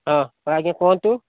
ହଁ ଆଜ୍ଞା କୁହନ୍ତୁ